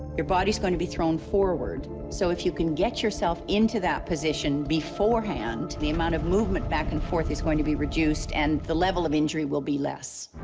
your body's going to be thrown forward, so if you can get yourself into that position before hand, the amount of movement back and forth is going to be reduced, and the level of injury will be less.